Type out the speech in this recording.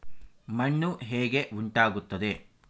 ಮಣ್ಣು ಹೇಗೆ ಉಂಟಾಗುತ್ತದೆ?